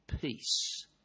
Peace